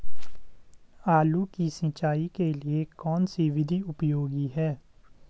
आलू की सिंचाई के लिए कौन सी विधि उपयोगी है?